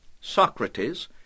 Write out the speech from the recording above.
Socrates